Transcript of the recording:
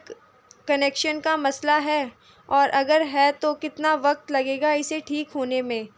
connection کا مسئلہ ہے اور اگر ہے تو کتنا وقت لگے گا اسے ٹھیک ہونے میں